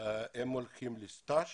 אלא הם הולכים להתמחות